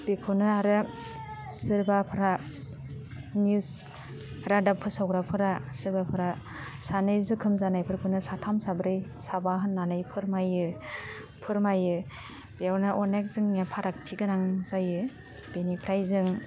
बेखौनो आरो सोरबाफ्रा निउस रादाब फोसावग्राफ्रा सोरबाफ्रा सानै जोखोम जानायफोरखौनो साथाम साब्रै साबा होन्नानै फोरमायो फोरमायो बेवनो अनेक जोंनिया फारागथि गोनां जायो बेनिफ्राय जों